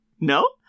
No